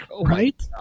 Right